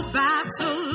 battle